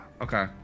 Okay